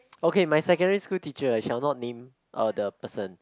okay my secondary school teacher I shall not name uh the person